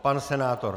Pan senátor?